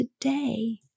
today